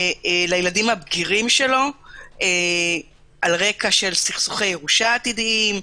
לילדים הבגירים שלו על רקע סכסוכי ירושה עתידיים,